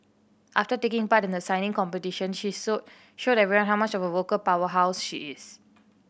after taking part in the signing competition she so showed everyone how much of a vocal powerhouse she is